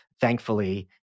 thankfully